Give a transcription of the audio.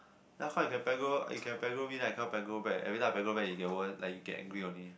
then how you can pegro you can pegro me then I cannot pegro back every time I pegro back it get worse like you get angry only